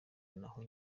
naho